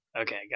Okay